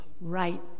right